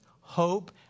hope